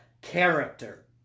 character